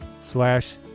slash